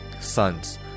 sons